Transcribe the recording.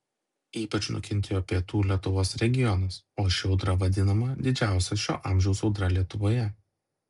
ypač nukentėjo pietų lietuvos regionas o ši audra vadinama didžiausia šio amžiaus audra lietuvoje